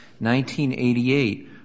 1988